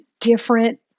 different